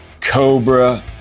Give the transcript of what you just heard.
Cobra